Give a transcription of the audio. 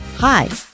Hi